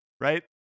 Right